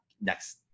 next-